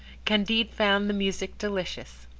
candide found the music delicious.